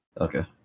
Okay